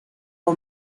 her